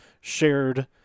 shared